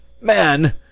Man